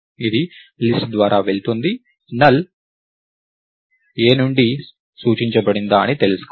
ఇది లిస్ట్ ద్వారా వెళుతుంది నల్ a నుండి సూచించబడిందా అని తెలుసుకోండి